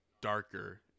darker